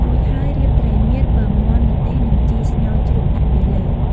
រួចហើយ រៀបត្រីងៀត ពងមាន់ ម្ទេស និងជីសោ្ងរជ្រក់ដាក់ពីលើ។